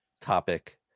topic